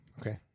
Okay